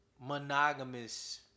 monogamous